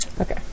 Okay